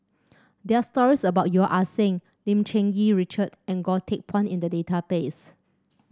there are stories about Yeo Ah Seng Lim Cherng Yih Richard and Goh Teck Phuan in the database